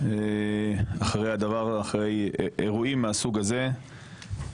אחרי אירועים מהסוג הזה.